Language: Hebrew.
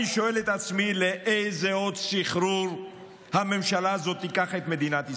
אני שואל את עצמי לאיזה עוד סחרור הממשלה הזאת תיקח את מדינת ישראל.